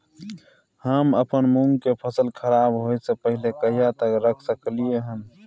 हम अपन मूंग के फसल के खराब होय स पहिले कहिया तक रख सकलिए हन?